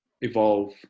evolve